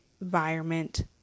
environment